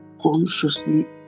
consciously